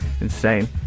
insane